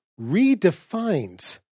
redefines